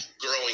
growing